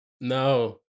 No